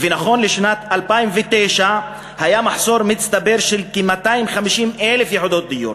ונכון לשנת 2009 היה מחסור מצטבר של כ-250,000 יחידות דיור.